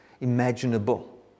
imaginable